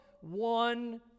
one